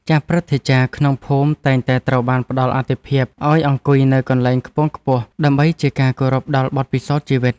ចាស់ព្រឹទ្ធាចារ្យក្នុងភូមិតែងតែត្រូវបានផ្តល់អាទិភាពឱ្យអង្គុយនៅកន្លែងខ្ពង់ខ្ពស់ដើម្បីជាការគោរពដល់បទពិសោធន៍ជីវិត។